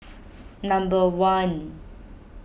number one